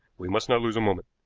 we must not lose a moment.